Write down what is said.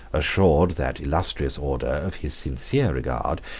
assured that illustrious order of his sincere regard,